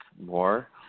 more